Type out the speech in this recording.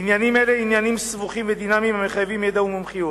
עניינים אלה הם עניינים סבוכים ודינמיים המחייבים ידע ומומחיות.